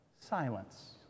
silence